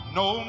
no